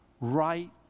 right